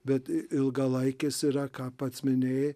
bet ilgalaikis yra ką pats minėjai